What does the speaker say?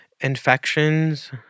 infections